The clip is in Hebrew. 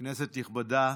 כנסת נכבדה,